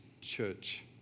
church